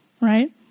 right